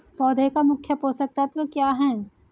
पौधे का मुख्य पोषक तत्व क्या हैं?